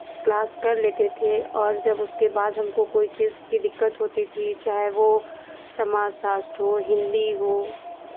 class कर लेते थे और जब उसके बाद हमको कोई चीज़ की दिक्कत होती थी चाहे वो समाज शास्त्र हो हिन्दी हो